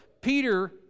Peter